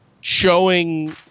showing